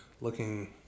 looking